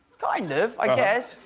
kind of, i guess.